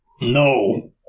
No